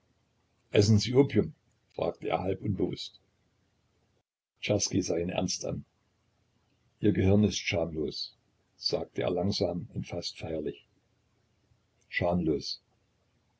essen sie opium fragte er halb unbewußt czerski sah ihn ernst an ihr gehirn ist schamlos sagte er langsam und fast feierlich schamlos